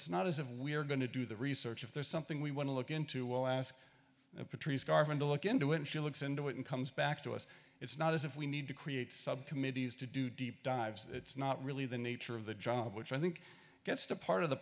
it's not as if we are going to do the research if there's something we want to look into we'll ask patrice garvin to look into it she looks into it and comes back to us it's not as if we need to create subcommittees to do deep dives it's not really the nature of the job which i think gets to part of the